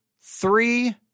three